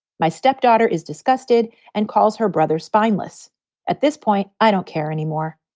my stepdaughter is disgusted and calls her brother spineless at this point. i don't care anymore.